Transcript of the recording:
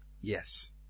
Yes